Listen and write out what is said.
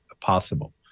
possible